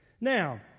Now